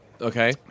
Okay